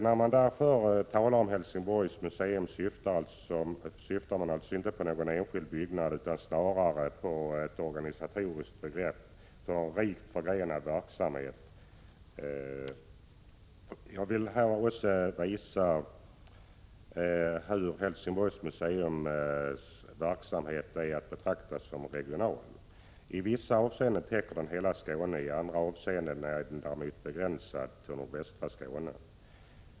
När man talar om Helsingborgs museum 123 Prot. 1986/87:100 syftar man alltså inte på någon enskild byggnad utan snarare på ett 2 april 1987 organisatoriskt begrepp och en rikt förgrenad verksamhet. Aa bom + z Jag vill här också visa hur Helsingborgs museums verksamhet är att betrakta som regional. I vissa avseenden täcker den hela Skåne, i andra avseenden är den däremot begränsad till västra Skåne.